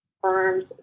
firms